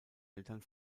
eltern